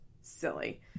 Silly